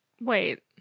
Wait